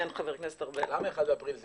למה 1 באפריל?